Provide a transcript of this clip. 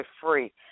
free